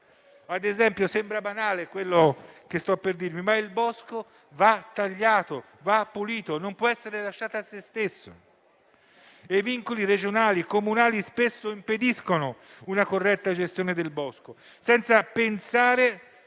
ad esempio - qualcosa che potrà sembrare banale: il bosco va tagliato e pulito, non può essere lasciato a se stesso. I vincoli regionali e comunali spesso impediscono una corretta gestione del bosco, senza pensare